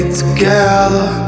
together